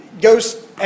goes